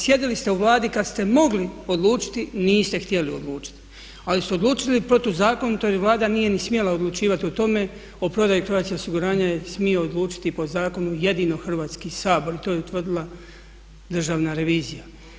Sjedili ste u Vladi kad ste mogli odlučiti, niste htjeli odlučiti, ali ste odlučili protuzakonito jer Vlada nije ni smjela odlučivati o tome, o prodaji Croatia osiguranja smije odlučiti po zakonu jedino Hrvatski sabor i to je utvrdila državna revizija.